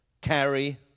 carry